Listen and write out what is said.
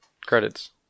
credits